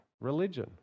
religion